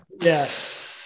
yes